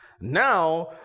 now